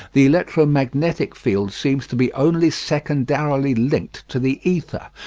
the electromagnetic field seems to be only secondarily linked to the ether,